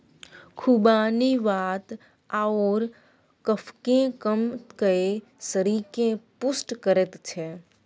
खुबानी वात आओर कफकेँ कम कए शरीरकेँ पुष्ट करैत छै